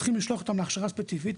צריכים לשלוח אותם להכשרה ספציפית,